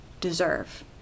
deserve